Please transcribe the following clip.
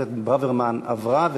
(בזק ושידורים) (תיקון מס' 59) עברה,